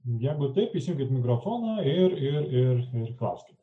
jeigu taip įsijunkit mikrofoną ir ir klauskit